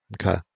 Okay